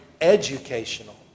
educational